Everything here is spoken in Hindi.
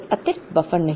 कोई अतिरिक्त बफर नहीं है